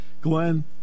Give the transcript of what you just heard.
Glenn